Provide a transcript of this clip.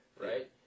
right